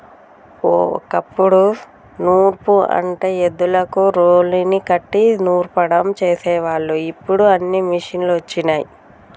ఓ కప్పుడు నూర్పు అంటే ఎద్దులకు రోలుని కట్టి నూర్సడం చేసేవాళ్ళు ఇప్పుడు అన్నీ మిషనులు వచ్చినయ్